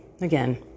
Again